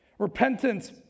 Repentance